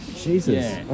Jesus